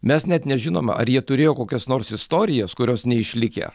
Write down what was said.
mes net nežinom ar jie turėjo kokias nors istorijas kurios neišlikę